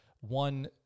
one